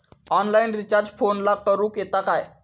Online recharge फोनला करूक येता काय?